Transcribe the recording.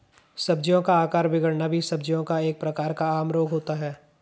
सब्जियों का आकार बिगड़ना भी सब्जियों का एक प्रकार का आम रोग होता है